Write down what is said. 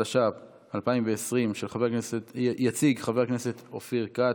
התש"ף 2020. יציג חבר הכנסת אופיר כץ,